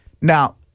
Now